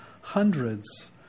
Hundreds